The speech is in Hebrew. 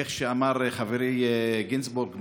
איך שאמר חברי גינזבורג,